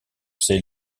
ses